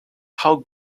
how